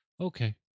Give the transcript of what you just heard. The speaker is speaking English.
Okay